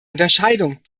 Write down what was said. unterscheidung